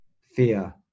fear